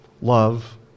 love